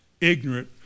ignorant